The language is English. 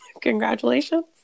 congratulations